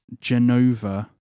Genova